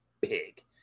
big